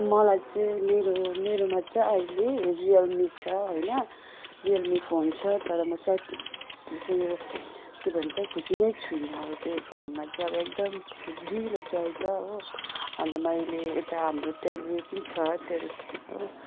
मलाई चाहिँ मेरो मेरोमा चाहिँ अहिले रियलमी छ होइन रियलमी फोन छ तर म सेट के भन्छ खुसी नै छुइनँ अब त्यो फोनमा चाहिँ एकदम ढिलो चल्छ हो अन्त मैले यता हाम्रोतिर उयो पनि छ